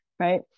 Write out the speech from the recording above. Right